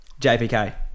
JPK